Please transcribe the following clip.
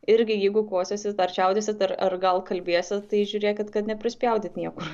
irgi jeigu kosėsit ar čiaudėsit ar ar gal kalbėsit tai žiūrėkit kad neprispjaudyt niekur